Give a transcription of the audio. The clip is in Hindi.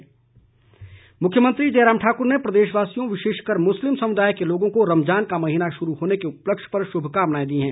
बधाई मुख्यमंत्री जयराम ठाकुर ने प्रदेशवासियों विशेषकर मुस्लिम समुदाय के लोगों को रमजान का महीना शुरू होने के उपलक्ष्य पर शुभकामनाएं दी हैं